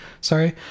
sorry